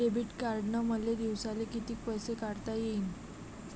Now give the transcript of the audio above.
Debit कार्डनं मले दिवसाले कितीक पैसे काढता येईन?